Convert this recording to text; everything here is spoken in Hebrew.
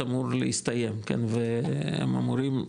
אמור להסתיים והם אמורים,